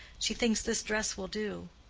she thinks this dress will do.